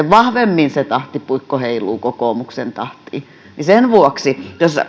vahvemmin se tahtipuikko heiluu kokoomuksen tahtiin sen vuoksi tässä alkaa ihan